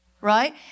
Right